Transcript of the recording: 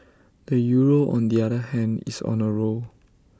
the euro on the other hand is on A roll